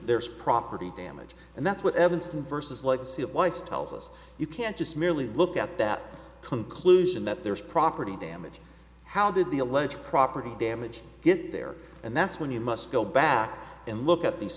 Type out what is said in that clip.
there is property damage and that's what evanston vs legacy appoints tells us you can't just merely look at that conclusion that there is property damage how did the alleged property damage get there and that's when you must go back and look at these